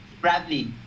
Bradley